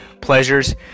pleasures